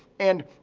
and,